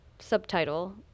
Subtitle